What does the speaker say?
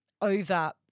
over